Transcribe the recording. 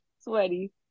Sweaty